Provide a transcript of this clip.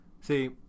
See